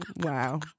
Wow